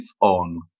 on